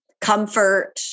comfort